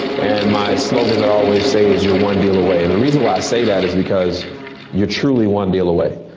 and my slogan i always say is, you're one deal away. and the reason why i say that is because you're truly one deal away.